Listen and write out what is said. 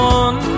one